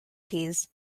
peas